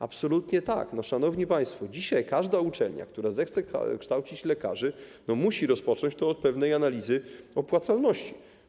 Absolutnie tak, szanowni państwo, dzisiaj każda uczelnia, która zechce kształcić lekarzy, musi rozpocząć od pewnej analizy opłacalności.